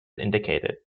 indicated